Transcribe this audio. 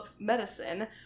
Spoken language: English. Medicine